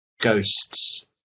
Ghosts